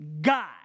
God